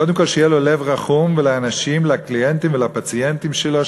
קודם כול שיהיה לו לב רחום לאנשים ולקליינטים ולפציינטים שלו,